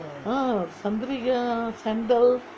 ah Chandrika sandal